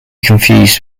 confused